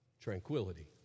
Tranquility